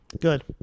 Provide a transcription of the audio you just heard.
Good